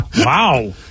Wow